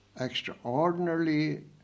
extraordinarily